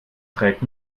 trägt